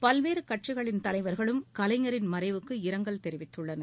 பல்வேறு கட்சிகளின் தலைவர்களும் கலைஞரின் மறைவுக்கு இரங்கல் தெரிவித்துள்ளனர்